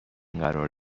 قرار